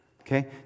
okay